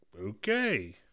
okay